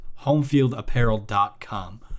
homefieldapparel.com